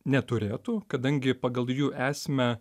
neturėtų kadangi pagal jų esmę